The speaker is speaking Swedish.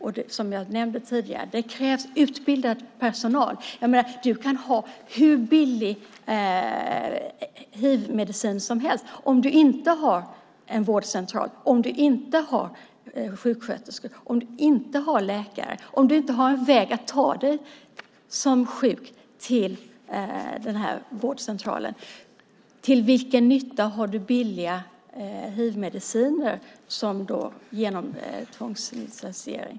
Som jag tidigare nämnt krävs det utbildad personal. Du kan ha hur billig hivmedicin som helst. Men om du inte har en vårdcentral, sjuksköterskor och läkare och om du som sjuk inte har en väg att ta dig på till vårdcentralen, till vilken nytta är då billiga hivmediciner genom tvångslicensiering?